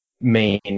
main